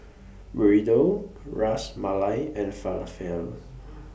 Burrito Ras Malai and Falafel